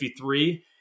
53